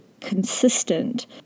consistent